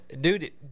dude